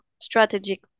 strategic